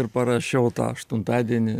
ir parašiau tą aštuntadienį